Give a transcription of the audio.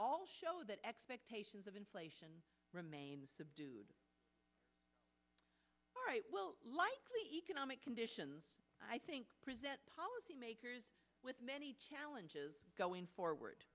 all show that expectations of inflation remain subdued will likely economic conditions i think present policymakers with many challenges going forward